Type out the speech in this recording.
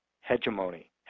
hegemony